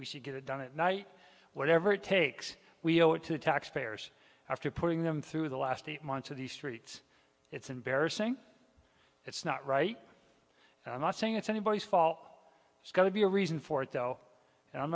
we should get it done at night whatever it takes we owe it to taxpayers after putting them through the last eight months of the streets it's embarrassing it's not right and i'm not saying it's anybody's fault it's got to be a reason for it though